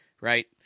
right